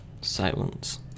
Silence